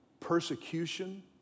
Persecution